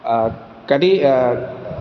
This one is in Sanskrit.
कति